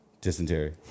Dysentery